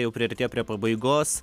jau priartėjom prie pabaigos